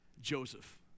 Joseph